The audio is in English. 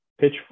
pitch